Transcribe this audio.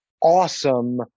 awesome